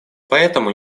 поэтому